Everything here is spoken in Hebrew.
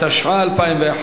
התשע"א 2011,